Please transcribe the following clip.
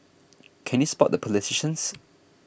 can you spot the politicians